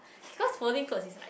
because folding clothes is like